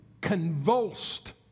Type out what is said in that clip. convulsed